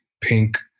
pink